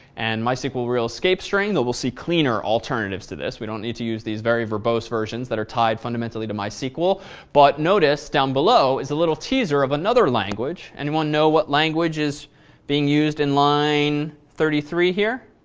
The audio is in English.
and mysql real escape string and we'll see cleaner alternatives to this. we don't need to use these very verbose versions that are tied fundamentally to mysql. but notice, down below is a little teaser of another language. anyone know what language is being used in line thirty three here?